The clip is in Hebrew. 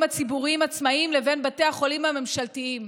הציבוריים העצמאיים לבין בתי החולים הממשלתיים.